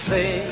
Say